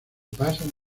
pasan